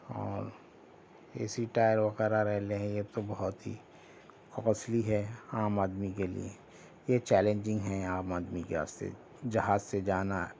اور A C tyre وغیرہ لے لیں یہ تو بہت ہی کاسٹلی ہے عام آدمی کے لیے یہ چیلنجنگ ہیں عام آدمی کے واسطے جہاز سے جانا